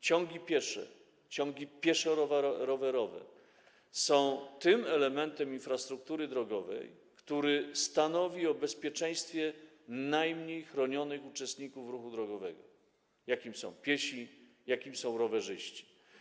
Ciągi piesze, ciągi pieszo-rowerowe są tym elementem infrastruktury drogowej, który stanowi o bezpieczeństwie najmniej chronionych uczestników ruchu drogowego, jakimi są piesi, jakimi są rowerzyści.